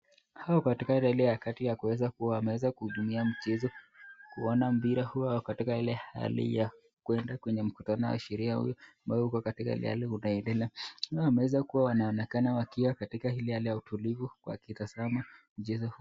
Hawa katika ile hali ya kuweza kuhudhuria mchezo kuona mpira wako katika ile hali ya kwenda kwenye mkutano wa sheria hii wakielekea. Nao wanaweza kuonekana wakiwa katika ile hali ya utulivu wakitazama mchezo wao.